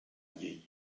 llei